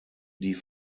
die